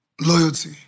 Loyalty